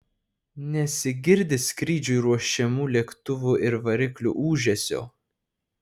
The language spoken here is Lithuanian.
nesigirdi skrydžiui ruošiamų lėktuvų ir variklių ūžesio